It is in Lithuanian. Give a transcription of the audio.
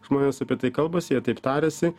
žmonės apie tai kalbasi jie taip tariasi